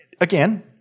again